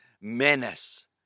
menace